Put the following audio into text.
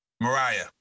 Mariah